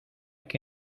que